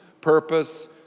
purpose